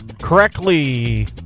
Correctly